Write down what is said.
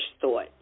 thought